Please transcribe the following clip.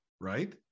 right